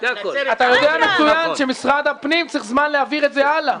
אתה יודע מצוין שמשרד הפנים צריך זמן להעביר את זה הלאה,